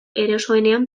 erosoenean